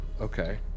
Okay